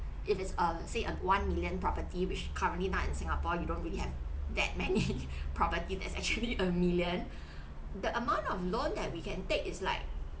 if it's a say a one million property which currently not in singapore we don't really have that many property that's actually a million the amount of loan that we can take is like